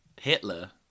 Hitler